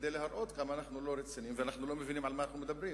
כדי להראות כמה אנחנו לא רציניים ואנחנו לא מבינים על מה אנחנו מדברים,